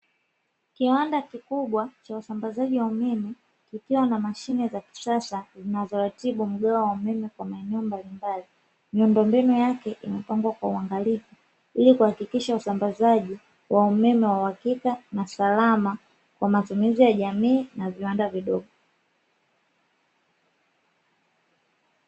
Kiwanda kikubwa cha usambazaji wa umeme, kikiwa na mashine za kisasa zinazoratibu mgao wa umeme kwa maeneo mbali mbali. Miundombinu yake imepangwa kwa uangalifu ili kuhakikisha usambazaji wa umeme wa uhakika na salama kwa matumizi ya jamii na viwanda vidogo.